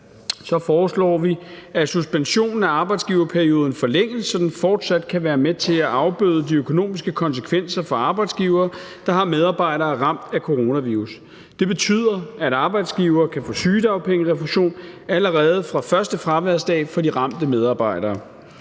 foreslår vi, at suspensionen af arbejdsgiverperioden forlænges, så den fortsat kan være med til at afbøde de økonomiske konsekvenser for arbejdsgivere, der har medarbejdere, der er ramt af coronavirus. Det betyder, at arbejdsgivere kan få sygedagpengerefusion allerede fra første fraværsdag for de ramte medarbejdere.